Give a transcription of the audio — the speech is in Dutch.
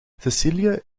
sicilië